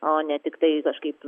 o ne tiktai kažkaip